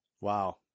Wow